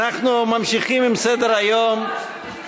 אדוני היושב-ראש, במדינת ישראל אנשים עובדים.